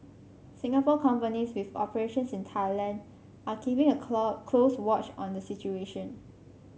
Singapore companies with operations in Thailand are keeping a close watch on the situation